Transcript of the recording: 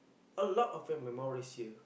a lot of them my mom raise here